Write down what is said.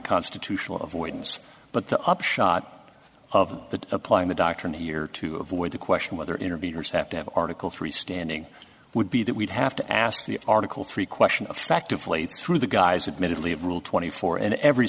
constitutional avoidance but the upshot of the applying the doctrine here to avoid the question whether interviewers have to have article three standing would be that we'd have to ask the article three question of selectively through the guise admittedly of rule twenty four and every